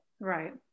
Right